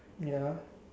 ya